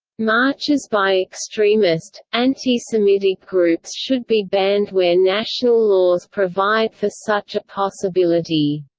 marches by extremist, anti-semitic groups should be banned where national laws provide for such a possibility.